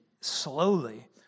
slowly